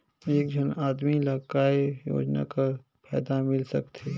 एक झन आदमी ला काय योजना कर फायदा मिल सकथे?